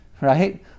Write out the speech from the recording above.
Right